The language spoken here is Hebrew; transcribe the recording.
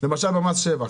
למשל במס שבח.